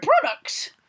products